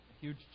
huge